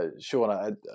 Sean